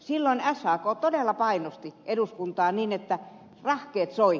silloin sak todella painosti eduskuntaa niin että rahkeet soi